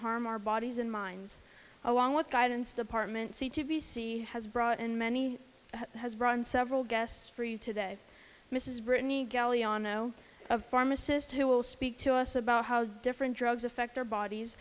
harm our bodies and minds along with guidance department c t b c has brought in many has brought in several guests for you today mrs brittany galley on oh a pharmacist who will speak to us about how different drugs affect their bodies